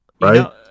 right